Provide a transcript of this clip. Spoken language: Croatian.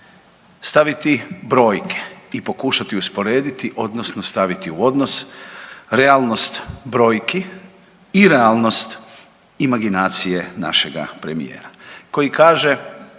staviti brojke i pokušati usporediti odnosno staviti u odnos realnost brojki i realnost imaginacije našega premijera koji kaže,